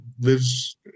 lives